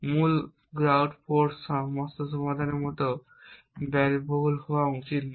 মূল brute force সমস্যা সমাধানের মতো ব্যয়বহুল হওয়া উচিত নয়